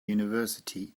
university